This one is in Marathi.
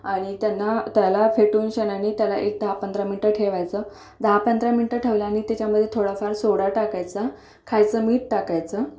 आणि त्यांना त्याला फेटूनशान आणि त्याला एक दहापंधरा मिनिटं ठेवायचं दहापंधरा मिनटं ठेवल्याने त्याच्यामध्ये थोडाफार सोडा टाकायचा खायचं मीठ टाकायचं